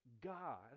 God